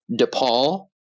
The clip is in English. DePaul